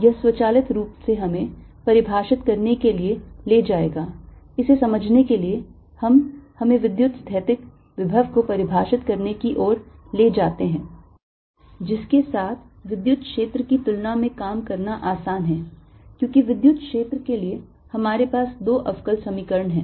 यह स्वचालित रूप से हमें परिभाषित करने के लिए ले जाएगा इसे समझने के लिए हम हमें विद्युतस्थैतिक विभव को परिभाषित करने की ओर लेकर जाते हैं जिसके साथ विद्युत क्षेत्र की तुलना में काम करना आसान है क्योंकि विद्युत क्षेत्र के लिए हमारे पास दो अवकल समीकरण हैं